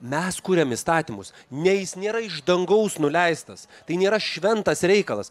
mes kuriam įstatymus ne jis nėra iš dangaus nuleistas tai nėra šventas reikalas